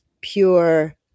pure